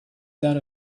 that